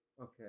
okay